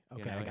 Okay